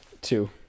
two